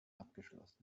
abgeschlossen